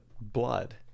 blood